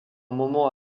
moment